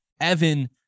Evan